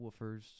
woofers